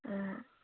অঁ